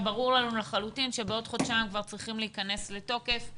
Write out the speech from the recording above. ברור לנו לחלוטין שבעוד חודשיים כבר צריכים להיכנס לתוקף.